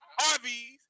RVs